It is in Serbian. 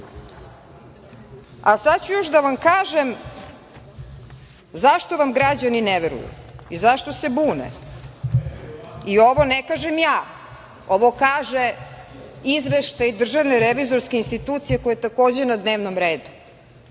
sada ću još da vam kažem zašto vam građani ne veruju i zašto se bune. I ovo ne kažem ja, ovo kaže Izveštaj Državne revizorske institucije, koja je takođe na dnevnom redu